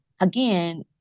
again